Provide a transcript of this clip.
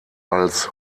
als